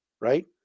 right